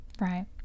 Right